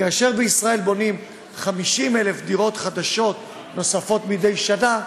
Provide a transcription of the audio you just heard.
בישראל בונים 50,000 דירות חדשות נוספות מדי שנה,